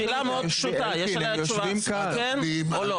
שאלה מאוד פשוטה, יש עליה תשובה, כן או לא.